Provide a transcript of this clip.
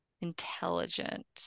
intelligent